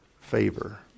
Favor